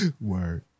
word